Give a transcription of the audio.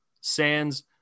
Sands